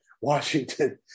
Washington